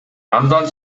андан